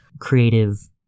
creative